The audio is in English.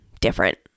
different